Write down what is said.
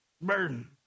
burden